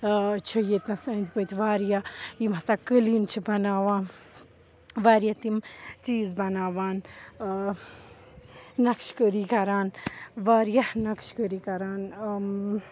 چھِ أنٛدۍ پٔتۍ واریاہ یِم ہَسا قٲلیٖن چھِ بَناوان واریاہ تِم چیٖز بَناوان نَقٕش کٲری کَران واریاہ نَقٕش کٲری کَران